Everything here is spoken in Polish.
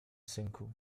synku